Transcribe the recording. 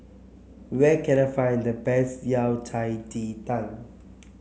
where can I find the best Yao Cai Ji Tang